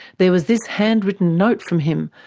there was this handwritten note from him,